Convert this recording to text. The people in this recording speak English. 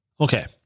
Okay